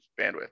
bandwidth